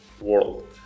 world